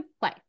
play